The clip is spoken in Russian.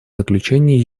заключение